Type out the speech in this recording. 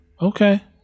Okay